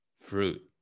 fruit